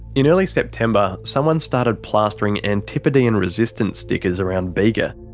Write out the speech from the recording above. in early september someone started plastering antipodean resistance stickers around bega.